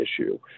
issue